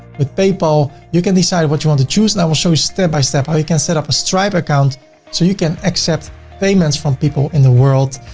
with paypal, you can decide what you want to choose, and i will show you step by step, how you can set up a stripe account so you can accept payments from people in the world.